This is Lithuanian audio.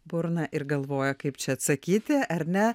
burną ir galvoja kaip čia atsakyti ar ne